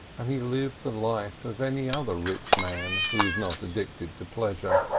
and he lived the life of any other rich man who is not addicted to pleasure.